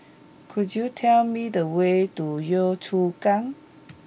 could you tell me the way to Yio Chu Kang